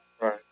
right